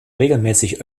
regelmäßig